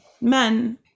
men